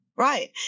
Right